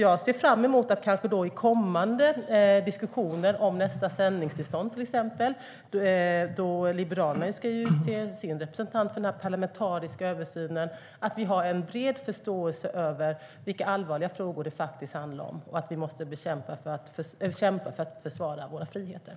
Jag ser fram emot kommande diskussioner - till exempel om nästa sändningstillstånd, då Liberalerna ska utse sin representant till den parlamentariska översynen - och att vi får en bred förståelse för vilka allvarliga frågor det handlar om och att vi måste kämpa för att försvara våra friheter.